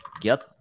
get